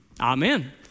Amen